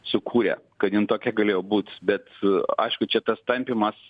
sukūrė kad jin tokia galėjo būt bet aišku čia tas tampymas